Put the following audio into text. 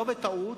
לא בטעות.